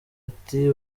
ati